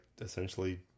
essentially